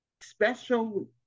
special